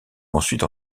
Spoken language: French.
ensuite